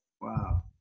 Wow